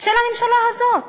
של הממשלה הזאת,